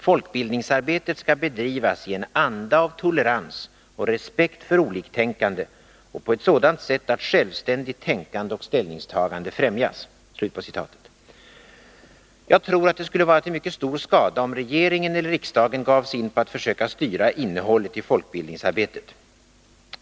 Folkbildningsarbetet skall bedrivas i en anda av tolerans och respekt för oliktänkande och på ett sådant sätt att självständigt tänkande och ställningstagande främjas.” Jag tror att det skulle vara till mycket stor skada, om regeringen eller riksdagen gav sig in på att försöka styra innehållet i folkbildningsarbetet.